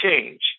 change